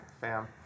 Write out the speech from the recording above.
Bam